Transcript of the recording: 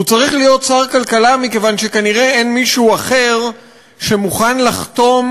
הוא צריך להיות שר הכלכלה מכיוון שכנראה אין מישהו אחר שמוכן לחתום